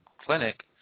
clinic